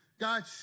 God